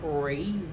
crazy